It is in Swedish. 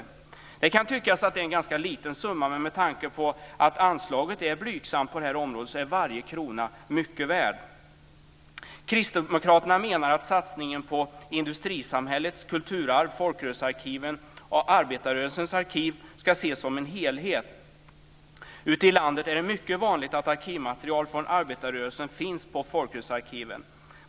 Summan kan tyckas liten men med tanke på att anslaget på det här området är blygsamt är varje krona mycket värd. Kristdemokraterna menar att satsningen på industrisamhällets kulturarv, folkrörelsearkiven och arbetarrörelsens arkiv ska ses som en helhet. Ute i landet är det mycket vanligt att arkivmaterial från arbetarrörelsen finns i folkrörelsearkiven.